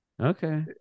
Okay